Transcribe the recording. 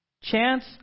Chance